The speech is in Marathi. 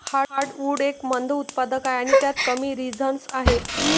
हार्टवुड एक मंद उत्पादक आहे आणि त्यात कमी रेझिनस आहे